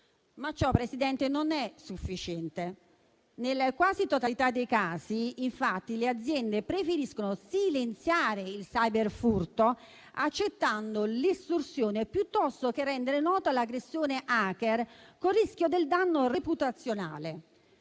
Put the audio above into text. ma ciò non è sufficiente. Nella quasi totalità dei casi, infatti, le aziende preferiscono silenziare il cyberfurto accettando l'estorsione, piuttosto che rendere nota l'aggressione *hacker* col rischio del danno reputazionale: